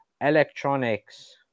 electronics